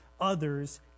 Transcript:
others